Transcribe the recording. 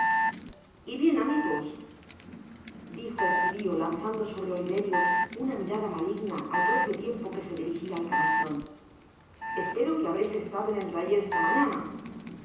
y bien amigos dijo el judio lanzando sobre oliverio una mirada maligna el propio tiempo que se dirijia al camastron espero que habreis estado en el taller esta mañana